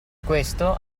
questo